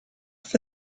for